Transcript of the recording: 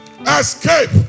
Escape